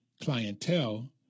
clientele